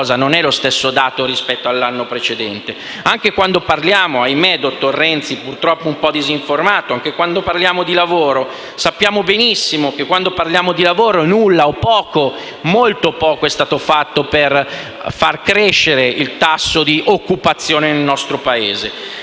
non è lo stesso dato rispetto all'anno precedente. Ahimè, il dottor Renzi è purtroppo un po' disinformato: anche quando parliamo di lavoro sappiamo benissimo che nulla o molto poco è stato fatto per far crescere il tasso di occupazione nel nostro Paese.